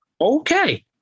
Okay